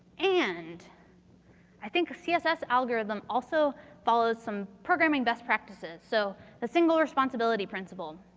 and i think a css algorithm also follows some programming best practices. so, a single responsibility principle.